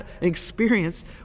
experience